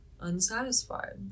unsatisfied